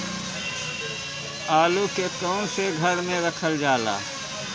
आलू के कवन से घर मे रखल जाला?